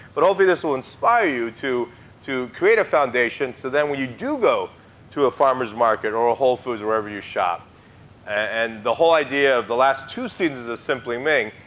but hopefully this will inspire you to create a foundation. so then when you do go to a farmer's market or a whole foods, wherever you shop and the whole idea of the last two seasons of simply ming,